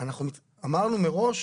אמרנו מראש,